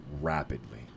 rapidly